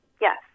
yes